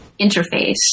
interface